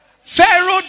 Pharaoh